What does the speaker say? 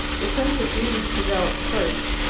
the sense of beauty developed first.